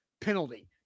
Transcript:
penalty